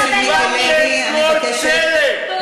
חבר הכנסת מיקי לוי, אני מבקשת לסיים.